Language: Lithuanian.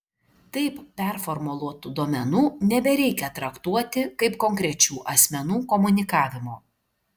taip performuluotų duomenų nebereikia traktuoti kaip konkrečių asmenų komunikavimo